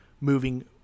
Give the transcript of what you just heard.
moving